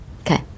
Okay